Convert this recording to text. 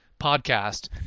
podcast